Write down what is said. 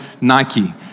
Nike